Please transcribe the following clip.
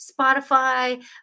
Spotify